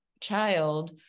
child